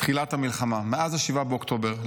תחילת המלחמה, מאז 7 באוקטובר.